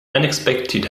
unexpected